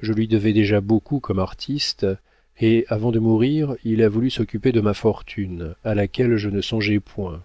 je lui devais déjà beaucoup comme artiste et avant de mourir il a voulu s'occuper de ma fortune à laquelle je ne songeais point